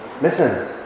Listen